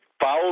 Follow